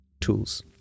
tools